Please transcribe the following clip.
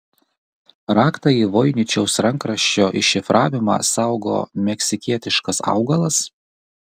raktą į voiničiaus rankraščio iššifravimą saugo meksikietiškas augalas